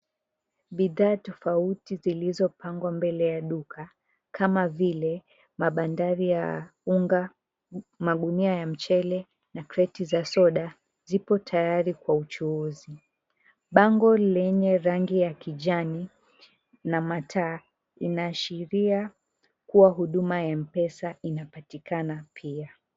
Bidhaa tofauti, zilizopangwa mbele ya duka kama vile mabandari ya unga, magunia ya mchele na kreti za soda, zipo tayari kwa uchuuzi. Bango lenye rangi ya kijani na mataa linaashiria kuwa huduma ya M-Pesa inapatikana pia.